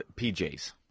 PJs